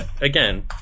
again